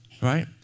Right